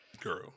girl